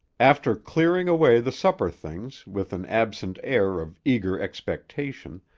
after clearing away the supper things with an absent air of eager expectation,